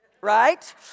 right